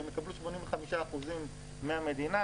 הם יקבלו 85% מהמדינה,